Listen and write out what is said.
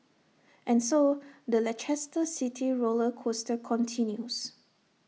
and so the Leicester city roller coaster continues